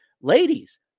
Ladies